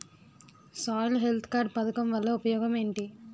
Soil health card పథకం వల్ల ఉపయోగం ఏంటి?